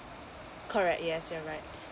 correct yes you're right